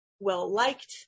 well-liked